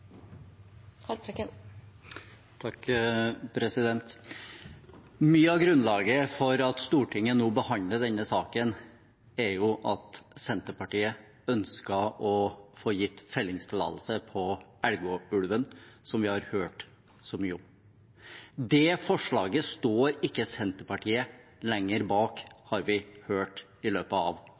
Mye av grunnlaget for at Stortinget nå behandler denne saken, er at Senterpartiet ønsker å få gitt fellingstillatelse for Elgå-ulven, som vi har hørt så mye om. Det forslaget står ikke Senterpartiet lenger bak, har vi hørt i løpet av